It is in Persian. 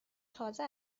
تازه